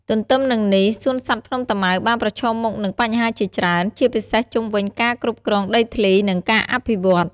ទទ្ទឹមនឹងនេះ សួនសត្វភ្នំតាម៉ៅបានប្រឈមមុខនឹងបញ្ហាជាច្រើន ជាពិសេសជុំវិញការគ្រប់គ្រងដីធ្លី និងការអភិវឌ្ឍន៍។